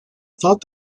thought